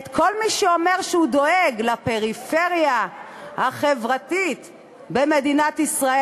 את כל מי שאומר שהוא דואג לפריפריה החברתית והגיאוגרפית במדינת ישראל.